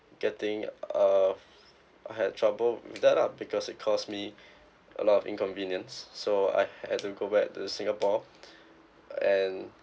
getting uh I had trouble with that all because it caused me a lot of inconvenience so I had to go back to singapore and